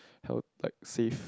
how like save